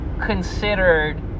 considered